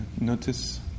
notice